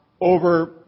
over